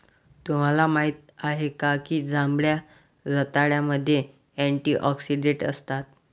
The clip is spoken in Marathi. तुम्हाला माहित आहे का की जांभळ्या रताळ्यामध्ये अँटिऑक्सिडेंट असतात?